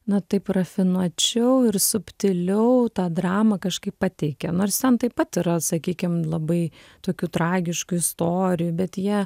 na taip rafinuočiau ir subtiliau tą dramą kažkaip pateikia nors ten taip pat yra sakykim labai tokių tragiškų istorijų bet jie